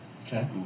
Okay